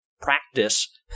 practice